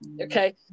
okay